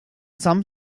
some